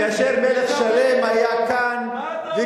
כאשר מלך שלם היה כאן, מה אתה אומר?